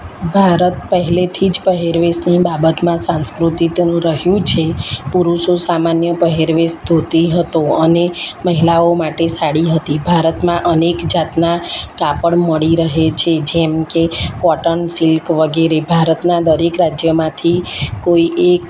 ભારત પહેલેથી જ પહેરવેશની બાબતમાં સાંસ્કૃતિકનું રહ્યું છે પુરુષો સામાન્ય પહેરવેશ ધોતી હતો અને મહિલાઓ માટે સાડી હતી ભારતમાં અનેક જાતનાં કાપડ મળી રહે છે જેમકે કોટન સિલ્ક વગેરે ભારતના દરેક રાજ્યમાંથી કોઈ એક